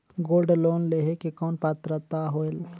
Gold loan लेहे के कौन पात्रता होएल?